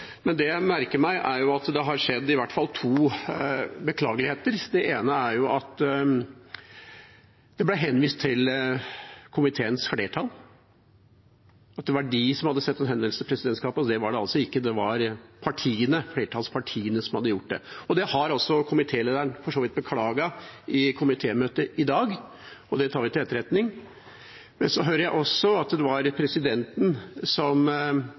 Men jeg merker meg at det iallfall har skjedd to beklagelige ting. Det ene er at det ble henvist til komiteens flertall, at det var de som hadde sendt en henvendelse til presidentskapet. Det var det altså ikke. Det var flertallspartiene som hadde gjort det. Det har komitélederen for så vidt beklaget i komitémøte i dag, og det tar vi til etterretning. Men så hører jeg også at det var presidenten som